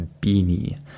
beanie